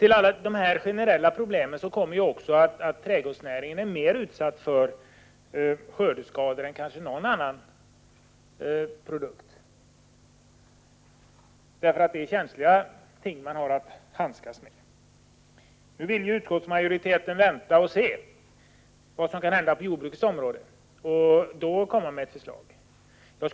Till alla dessa generella problem kommer att trädgårdsnäringens produkter är mer utsatta för skördeskador än kanske någon annan produkt, eftersom det är känsliga ting man har att handskas med. Nu vill utskottsmajoriteten vänta och se vad som kommer att hända på jordbrukets område och först därefter komma med ett förslag.